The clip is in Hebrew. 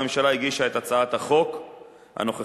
הממשלה הגישה את הצעת החוק הנוכחית,